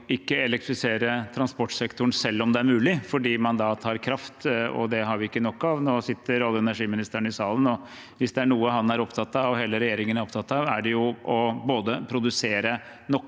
skal elektrifisere transportsektoren selv om det er mulig, fordi man da tar kraft, og det har vi ikke nok av. Nå sitter olje- og energiministeren i salen, og hvis det er noe han er opptatt av, og hele regjeringen er opptatt av, er det både å produsere nok